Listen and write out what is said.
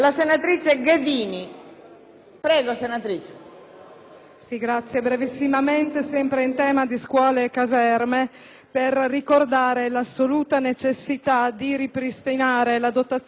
Presidente, intervengo sempre in tema di scuole e caserme per ricordare l'assoluta necessità di ripristinare la dotazione di un fondo soppresso dal decreto-legge